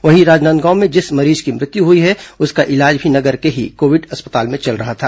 वहीं राजनांदगांव में जिस मरीज की मृत्यु हुई है उसका इलाज भी नगर के ही कोविड अस्पताल में चल रहा था